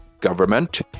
government